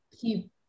Keep